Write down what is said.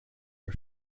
her